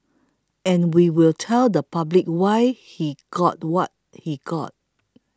and we will tell the public why he got what he got